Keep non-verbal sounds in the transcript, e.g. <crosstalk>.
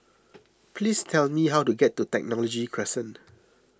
<noise> please tell me how to get to Technology Crescent